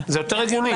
זה יותר הגיוני.